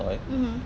mmhmm